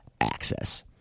Access